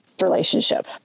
relationship